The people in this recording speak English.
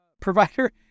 provider